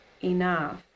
enough